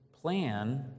plan